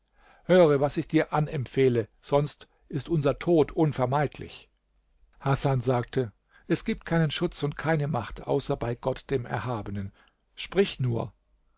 höre was ich dir anempfehle sonst ist unser tod unvermeidlich hasan sagte es gibt keinen schutz und keine macht außer bei gott dem erhabenen sprich nur